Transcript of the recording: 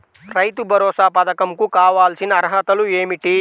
రైతు భరోసా పధకం కు కావాల్సిన అర్హతలు ఏమిటి?